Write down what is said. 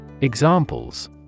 Examples